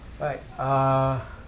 right